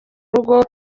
rugo